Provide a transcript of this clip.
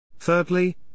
Thirdly